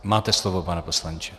Máte slovo, pane poslanče.